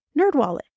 Nerdwallet